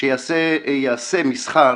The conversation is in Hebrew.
שייעשה מסחר